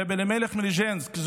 רבי אלימלך מליז'נסק,